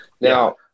Now